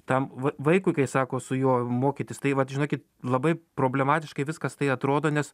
tam vai vaikui kai sako su juo mokytis tai vat žinokit labai problematiškai viskas tai atrodo nes